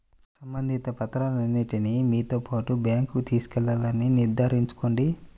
సంబంధిత పత్రాలన్నింటిని మీతో పాటు బ్యాంకుకు తీసుకెళ్లాలని నిర్ధారించుకోండి